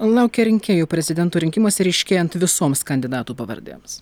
laukia rinkėjų prezidento rinkimuose ryškėjant visoms kandidatų pavardėms